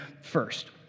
First